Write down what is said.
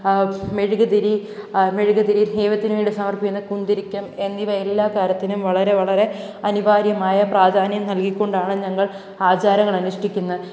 മെഴുക് തിരി മെഴുക് തിരി ദൈവത്തിന് വേണ്ടി സമര്പ്പിക്കുന്ന കുന്തിരിക്കം എന്നിവ എല്ലാ കാര്യത്തിനും വളരെ വളരെ അനിവാര്യമായ പ്രാധാന്യം നല്കി കൊണ്ടാണ് ഞങ്ങള് ആചാരങ്ങള് അനുഷ്ഠിക്കുന്നത്